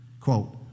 Quote